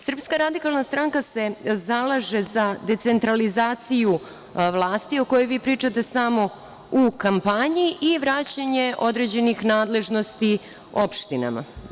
Srpska radikalna stranka se zalaže za decentralizaciju vlasti o kojoj vi pričate samo u kampanji i vraćanje određenih nadležnosti opštinama.